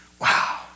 Wow